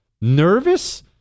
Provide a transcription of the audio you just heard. nervous